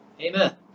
Amen